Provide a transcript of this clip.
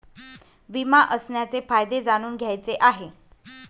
विमा असण्याचे फायदे जाणून घ्यायचे आहे